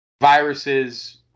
viruses